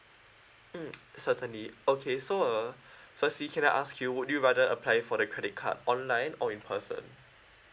mm certainly okay so ah firstly can I ask you would you rather apply for the credit card online or in person